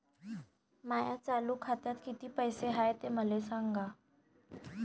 माया चालू खात्यात किती पैसे हाय ते मले सांगा